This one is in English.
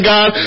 God